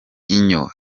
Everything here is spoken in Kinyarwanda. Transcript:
inyo